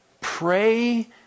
Pray